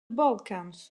balkans